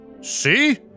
See